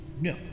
no